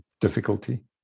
difficulty